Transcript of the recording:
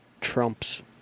Trump's